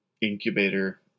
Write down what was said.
incubator